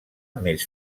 més